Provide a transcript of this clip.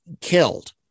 killed